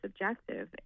subjective